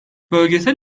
bölgesel